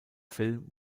film